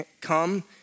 come